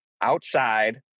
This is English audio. outside